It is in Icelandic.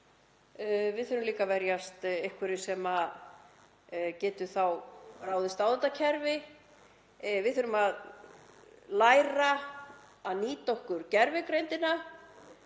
Við þurfum líka að verjast einhverju sem getur ráðist á þetta kerfi. Við þurfum að læra að nýta okkur gervigreindina